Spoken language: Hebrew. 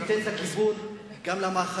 תיתן את הכיוון גם למאחזים,